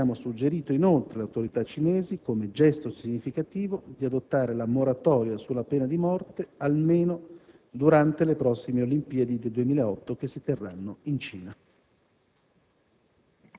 che abbiamo suggerito alle autorità cinesi, come gesto significativo, di adottare la moratoria sulla pena di morte almeno durante le prossime Olimpiadi del 2008 che si terranno in Cina.